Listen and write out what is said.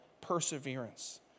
perseverance